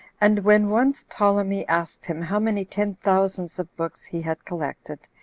and when once ptolemy asked him how many ten thousands of books he had collected,